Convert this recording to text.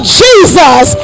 jesus